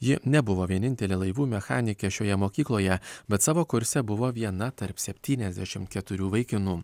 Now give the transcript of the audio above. ji nebuvo vienintelė laivų mechanikė šioje mokykloje bet savo kurse buvo viena tarp septyniasdešimt keturių vaikinu